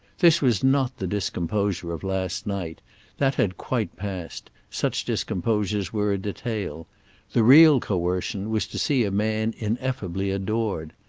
this was not the discomposure of last night that had quite passed such discomposures were a detail the real coercion was to see a man ineffably adored.